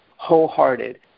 wholehearted